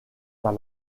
par